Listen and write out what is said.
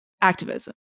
activism